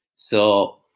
so,